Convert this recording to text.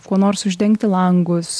kuo nors uždengti langus